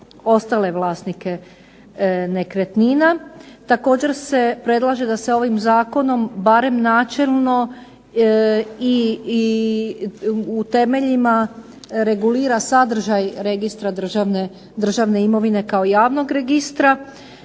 ostale vlasnike nekretnina. Također se predlaže da se ovim zakonom barem načelno i u temeljima regulira sadržaj registra državne imovine kao javnog registra.